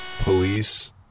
police